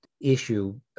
issue